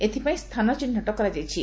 ଏଥିପାଇଁ ସ୍କୁାନ ଚିହ୍ବଟ କରାଯାଇଛି